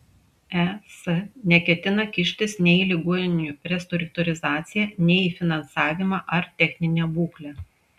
es neketina kištis nei į ligoninių restruktūrizaciją nei į finansavimą ar techninę būklę